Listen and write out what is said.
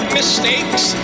mistakes